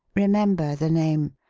remember the name.